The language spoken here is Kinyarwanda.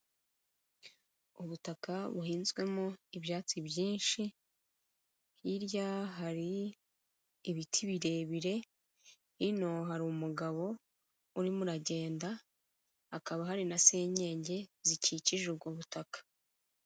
Ubutaka buhinzwemo ibyatsi byinshi, hirya hari ibiti birebire, hino hari umugabo urimo uragenda hakaba hari na senyenge zikikije ubwo butaka.